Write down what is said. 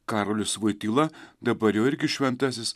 karolis voityla dabar jau irgi šventasis